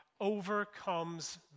overcomes